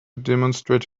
demonstrate